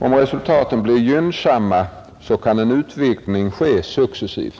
Om resultaten blir gynnsamma kan en utvidgning ske successivt.